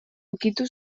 ukitu